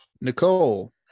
Nicole